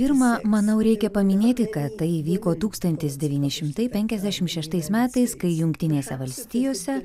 pirma manau reikia paminėti kad tai įvyko tūkstantis devyni šimtai penkiasdešim šeštais metais kai jungtinėse valstijose